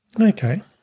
Okay